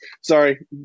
sorry